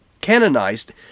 canonized